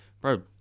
bro